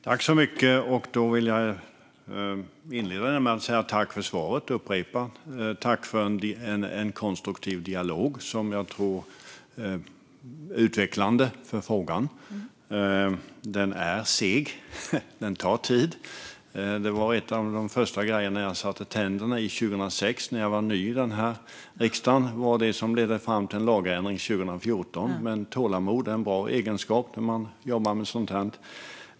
Fru talman! Jag vill inleda med att säga: Tack för svaret! Tack för en konstruktiv dialog, som jag tror är utvecklande för frågan! Den är seg. Den tar tid. Detta var en av de första grejer som jag satte tänderna i 2006, när jag var ny i riksdagen. Det var det som ledde fram till en lagändring 2014. Tålamod är en bra egenskap när man jobbar med sådant här.